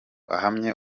ahamye